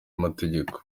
amategeko